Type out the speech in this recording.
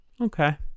okay